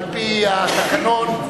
על-פי התקנון,